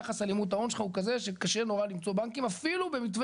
יחס הלימות ההון שלך הוא כזה שקשה נורא למצוא בנקים אפילו במתווה